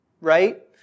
right